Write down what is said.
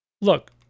Look